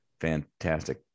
fantastic